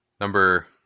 number